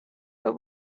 but